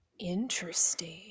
interesting